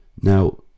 now